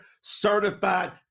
certified